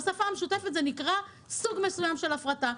בשפה המשותפת זה נקרא סוג מסוים של הפרטה.